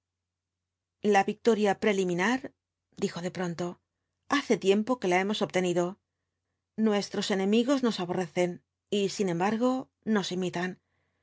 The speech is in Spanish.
la victoria preliminar dijo de pronto hace tiempo que la hemos obtenido nuestros enemigos nos aborrecen y sin embargo nos imitan